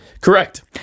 Correct